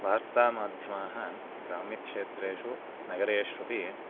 वार्तामाध्यमाः ग्राम्यक्षेत्रेषु नगरेष्वपि